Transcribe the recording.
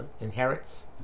inherits